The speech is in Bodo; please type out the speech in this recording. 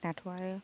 दाथ' आरो